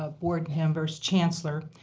ah board members, chancellor,